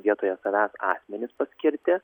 vietoje savęs asmenis paskirti